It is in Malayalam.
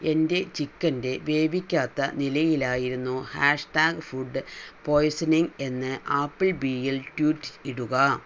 എൻ്റെ ചിക്കൻ്റെ വേവിക്കാത്ത നിലയിലായിരുന്നു ഹാഷ്ടാഗ് ഫുഡ് പോയിസണിങ് എന്ന് ആപ്പിൾ ബീയിൽ ട്വീറ്റ് ഇടുക